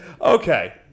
Okay